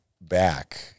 back